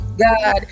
God